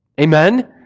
Amen